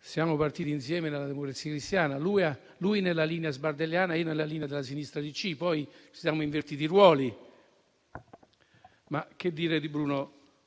siamo partiti insieme nella Democrazia Cristiana, lui nella linea sbardelliana, io nella linea della sinistra DC, poi ci siamo invertiti i ruoli.